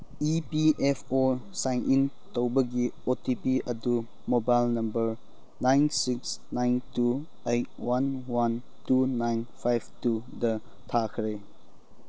E P F O sign in ꯇꯧꯕꯒꯤ O T P ꯑꯗꯨ mobile number nine six nine two eight one one two nine five ꯇꯨꯗ ꯊꯥꯈꯔꯦ